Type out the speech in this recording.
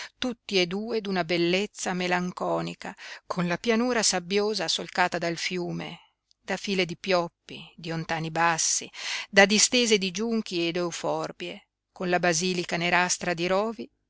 tutti e due d'una bellezza melanconica con la pianura sabbiosa solcata dal fiume da file di pioppi di ontani bassi da distese di giunchi e d'euforbie con la basilica nerastra di rovi